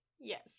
Yes